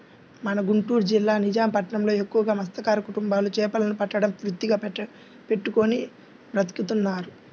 మన గుంటూరు జిల్లా నిజాం పట్నంలో ఎక్కువగా మత్స్యకార కుటుంబాలు చేపలను పట్టడమే వృత్తిగా పెట్టుకుని బతుకుతున్నారు